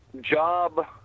job